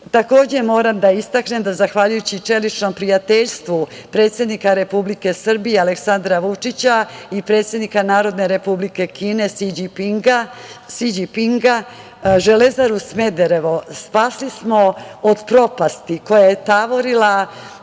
moram da istaknem da zahvaljujući čeličnom prijateljstvu predsednika Republike Srbije, Aleksandra Vučića i predsednika Narodne Republike Kine Si Đipinga, Železeru Smederevo spasili smo od propasti. Ona je tavorila